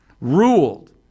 ruled